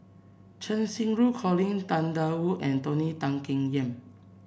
Cheng Xinru Colin Tang Da Wu and Tony Tan Keng Yam